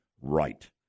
right